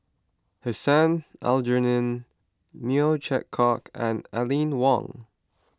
Hussein Aljunied Neo Chwee Kok and Aline Wong